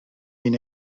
been